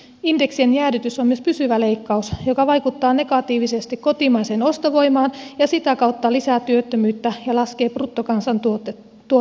indeksien jäädytys on myös pysyvä leikkaus joka vaikuttaa negatiivisesti kotimaiseen ostovoimaan ja sitä kautta lisää työttömyyttä ja laskee bruttokansantuotetta